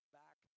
back